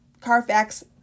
Carfax